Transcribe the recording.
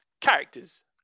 characters